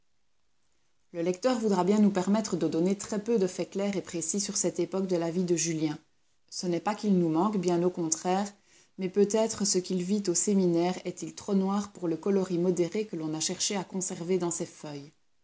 le lecteur voudra bien nous permettre de donner très peu de faits clairs et précis sur cette époque de la vie de julien ce n'est pas qu'ils nous manquent bien au contraire mais peut-être ce qu'il vit au séminaire est-il trop noir pour le coloris modéré que l'on a cherché à conserver dans ces feuilles